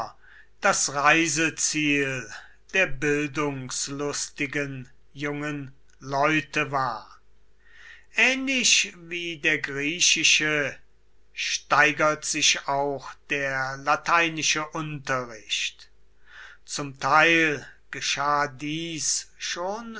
das reiseziel der bildungslustigen jungen leute war ähnlich wie der griechische steigert sich auch der lateinische unterricht zum teil geschah dies schon